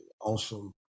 Awesome